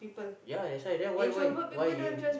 yeah that's why then why why why you